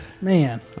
Man